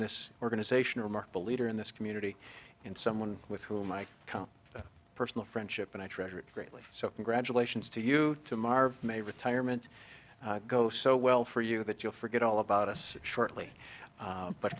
this organization a remarkable leader in this community and someone with whom i count personal friendship and i treasure it greatly so congratulations to you to mar may retirement go so well for you that you'll forget all about us shortly